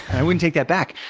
i wouldn't take that back.